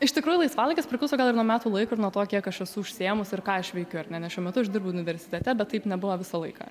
iš tikrųjų laisvalaikis priklauso gal ir nuo metų laiko ir nuo to kiek aš esu užsiėmus ir ką aš veikiu ar ne nes šiuo metu aš dirbu universitete bet taip nebuvo visą laiką